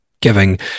giving